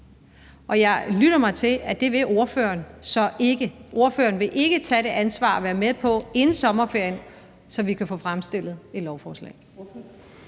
og jeg lytter mig til, at det vil ordføreren så ikke. Ordføreren vil ikke tage det ansvar at være med på det inden sommerferien, så vi kan få fremsat et lovforslag.